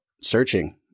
searching